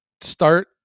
start